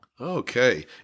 Okay